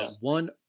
One